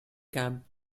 camped